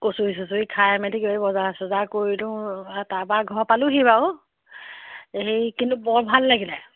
কচুৰি চচুৰি খাই মেলি কিবাকিবি বজাৰ চজাৰ কৰিলোঁ তাৰপৰা ঘৰ পালোঁহি বাৰু কিন্তু হেৰি বৰ ভাল লাগিলে